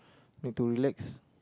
need to relax